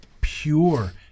pure